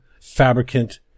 fabricant